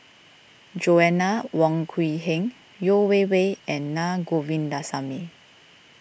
Joanna Wong Quee Heng Yeo Wei Wei and Na Govindasamy